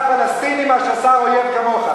אני מציע, עדיף שר פלסטיני מאשר שר אויב כמוך.